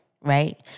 Right